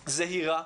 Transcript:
זהירה,